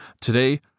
Today